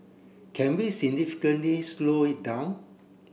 can we significantly slow it down